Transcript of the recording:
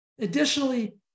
Additionally